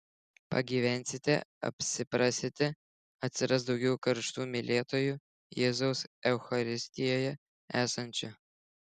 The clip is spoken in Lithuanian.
pagyvensite apsiprasite atsiras daugiau karštų mylėtojų jėzaus eucharistijoje esančio